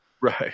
right